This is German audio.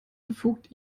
befugt